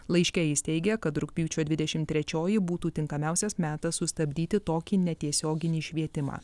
laiške jis teigia kad rugpjūčio dvidešim trečioji būtų tinkamiausias metas sustabdyti tokį netiesioginį švietimą